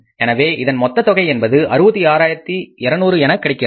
எனவே அதன் மொத்த தொகை என்பது 66200 என கிடைக்கின்றது